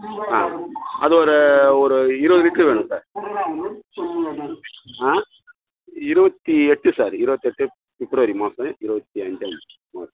அ அது ஒரு ஒரு இருபது லிட்ரு வேணும் சார் ஆ இருபத்தி எட்டு சார் இருபத்தி எட்டு பிப்ரவரி மாசம் இருபத்தி ஐந்தாம்